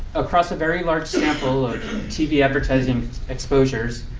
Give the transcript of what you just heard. across a very large sample of tv advertising exposures,